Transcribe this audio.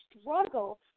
struggle